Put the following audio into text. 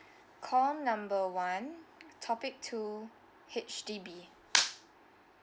call number one topic two H_D_B